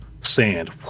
sand